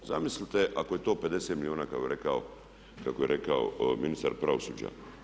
Zamislite ako je to 50 milijuna kako je rekao ministar pravosuđa.